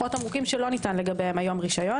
תמרוקים שלא ניתן לגביהם היום רשיון.